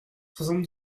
soixante